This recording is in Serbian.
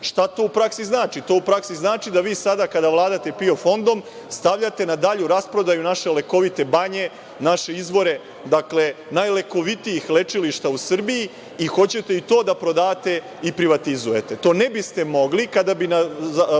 Što to u praksi znači? To u praksi znači da vi sada kada vladate PIO fondom stavljate na dalju rasprodaju naše lekovite banje, naše izvore, dakle, najlekovitijih lečilišta u Srbiji i hoćete i to da prodate i privatizujete. To ne biste mogli kada bi